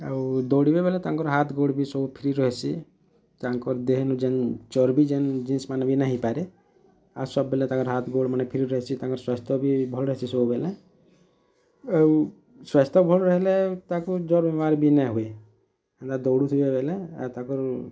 ଆଉ ଦୌଡ଼ିବେ ବୋଲେ ତାଙ୍କର ହାତ୍ ଗୋଡ଼୍ ବି ସବ୍ ଫ୍ରି ରହେସି ତାଙ୍କର୍ ଦେହ୍ମାନେ ଯେନ୍ ଚର୍ବି ଯେନ୍ ହେଇପାରେ ତାଙ୍କର ହାତ୍ ଗୋଡ଼୍ ଫ୍ରି ରହେସି ତାଙ୍କର ସ୍ୱାସ୍ଥ୍ୟ ବି ଭଲ୍ ରହେସି ସବୁବେଲେ ଆଉ ସ୍ୱାସ୍ଥ୍ୟ ଭଲ୍ ରହିଲେ ତାଙ୍କୁ ଜର୍ ବୀମାରୀ ନାଇ ହଏ ଏନ୍ତା ଦଉଡ଼ି ଥିବେ ବୋଲେ